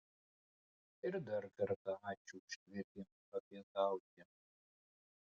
ir dar kartą ačiū už kvietimą papietauti